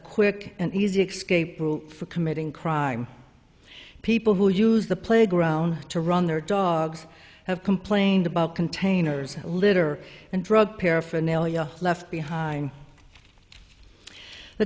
quick and easy xscape route for committing crime people who use the playground to run their dogs have complained about containers litter and drug paraphernalia left behind the